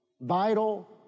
vital